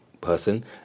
person